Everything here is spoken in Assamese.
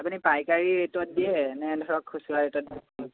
আপুনি পাইকাৰী ৰেটত দিয়ে নে ধৰক খুচুৰা ৰেটত